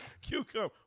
Cucumber